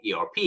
ERP